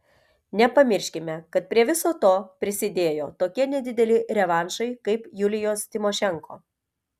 nepamirškime kad prie viso to prisidėjo tokie nedideli revanšai kaip julijos tymošenko